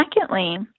secondly